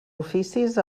oficis